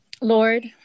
lord